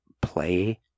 play